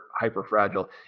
hyper-fragile